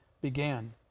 began